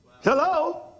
Hello